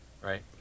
right